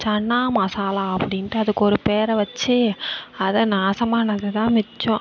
சன்னா மசாலா அப்படின்ட்டு அதுக்கு ஒரு பேரை வச்சு அது நாசமானதுதான் மிச்சம்